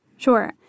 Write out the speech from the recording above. Sure